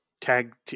tag